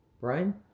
Brian